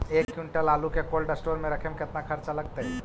एक क्विंटल आलू के कोल्ड अस्टोर मे रखे मे केतना खरचा लगतइ?